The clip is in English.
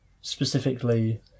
specifically